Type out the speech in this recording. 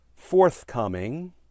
forthcoming